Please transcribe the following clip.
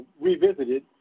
Revisited